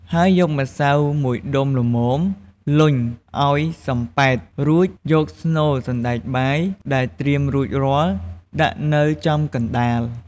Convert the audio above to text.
ហើយយកម្សៅមួយដុំល្មម លញ់ឱ្យសំប៉ែត រួចយកស្នូលសណ្ដែកបាយដែលត្រៀមរួចរាល់ ដាក់នៅចំកណ្ដាល។